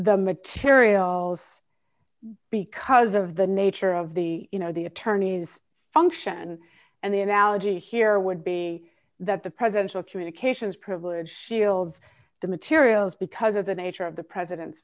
the materials because of the nature of the you know the attorneys function and the analogy here would be that the presidential communications privilege shields the materials because of the nature of the president